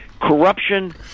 corruption